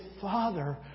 Father